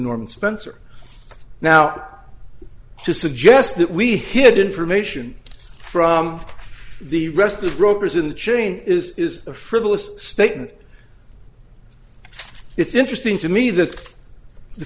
norman spencer now to suggest that we hid information from the rest of the brokers in the chain is is a frivolous statement it's interesting to me that the